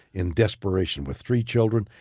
in desperation with three children.